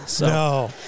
No